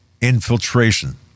Infiltration